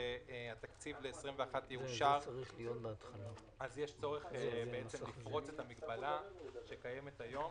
שהתקציב ל-21' יאושר אז יש צורך לפרוץ את המגבלה שקיימת היום,